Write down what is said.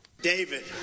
David